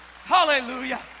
Hallelujah